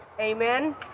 amen